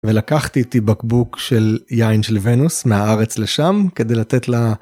לקחתי איתי בקבוק של יין של ונוס מהארץ לשם, כדי לתת לה...